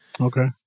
Okay